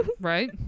Right